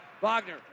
Wagner